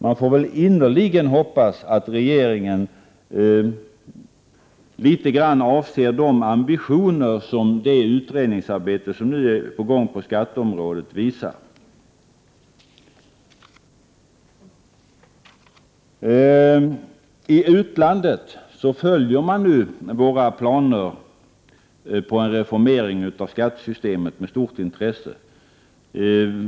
Man får innerligen hoppas att regeringen avser en del av de ambitioner som det utredningsarbete som nu är på gång på skatteområdet visar. I utlandet följer man nu våra planer på en reformering av skattesystemet med stort intresse.